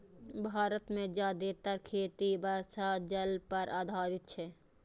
भारत मे जादेतर खेती वर्षा जल पर आधारित छै